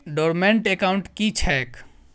Dormant account की छैक?